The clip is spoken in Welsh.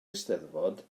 eisteddfod